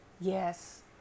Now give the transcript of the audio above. yes